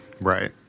Right